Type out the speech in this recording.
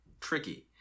tricky